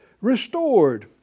restored